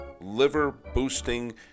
liver-boosting